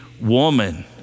woman